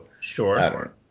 Sure